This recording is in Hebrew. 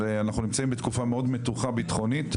אבל אנחנו נמצאים בתקופה מאוד מתוחה ביטחונית,